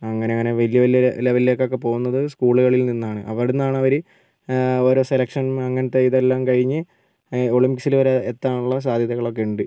അങ്ങനെ അങ്ങനെ വലിയ വലിയ ലെവലിലേക്കൊക്കെ പോകുന്നത് സ്കൂളുകളിൽ നിന്നാണ് അവിടെ നിന്നാണവര് ഓരോ സെലക്ഷൻ അങ്ങനത്തെ ഇതെല്ലാം കഴിഞ്ഞ് ഒളിമ്പിക്സില് വരെ എത്താനുള്ള സാധ്യതകളൊക്കെ ഉണ്ട്